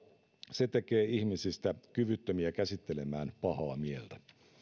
se tekee ihmisistä kyvyttömiä käsittelemään pahaa mieltä